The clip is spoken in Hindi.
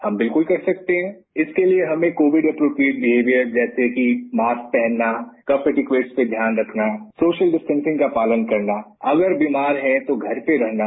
हां विल्कूल कर सकते हैं इसके लिए हमें कोविड अप्रोप्रिएट विहेवियर जैसे कि मास्क पहनना कफ एटिकेट्स को ध्यान रखना सोशल डिस्टेंसिंग का पालन करना अगर विमार हैं तो घर पर रहना